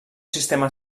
sistema